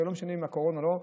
זה לא משנה אם זה הקורונה או לא,